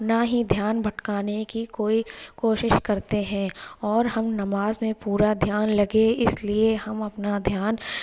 نہ ہی دھیان بھٹکانے کی کوئی کوشش کرتے ہیں اور ہم نماز میں پورا دھیان لگے اس لیے ہم اپنا دھیان